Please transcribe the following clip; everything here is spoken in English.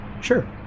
Sure